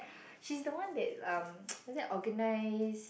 she is the one that um what's that organised